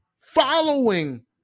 following